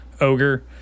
ogre